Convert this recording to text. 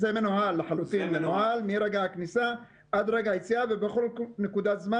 זה מנוהל לחלוטין מרגע הכניסה עד רגע היציאה ובכל נקודת זמן